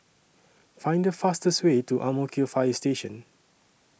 Find The fastest Way to Ang Mo Kio Fire Station